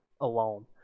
Alone